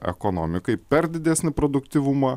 ekonomikai per didesnį produktyvumą